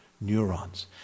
neurons